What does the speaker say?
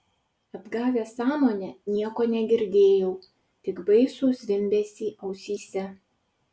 atgavęs sąmonę nieko negirdėjau tik baisų zvimbesį ausyse